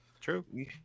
True